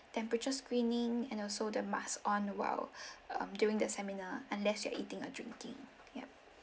temperature screening and also the mask on while um during the seminar unless you are eating or drinking yup